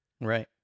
Right